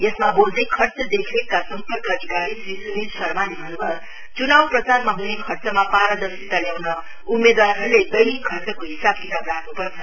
यसमा बोल्दै खर्च देखरेखका सम्पर्क अधिकारी श्री सुनिल शर्माले भन्नुभयो चुनाव प्रचारमा हुने खर्चमा पारदर्शिता ल्याउन उम्मेदवारहरुले दैनिक खर्चको हिसाब किताब राख्नुपर्छ